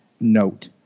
note